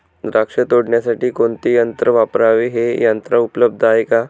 द्राक्ष तोडण्यासाठी कोणते यंत्र वापरावे? हे यंत्र उपलब्ध आहे का?